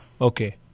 Okay